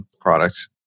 products